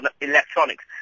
Electronics